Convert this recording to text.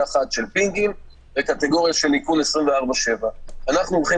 אחת של פינגים וקטגוריה של איכון 24/7. אנחנו הולכים